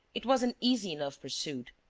it was an easy enough pursuit,